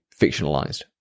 fictionalized